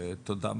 תודה רבה,